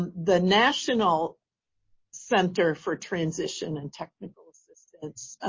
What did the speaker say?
and the national center for transition and technical assistance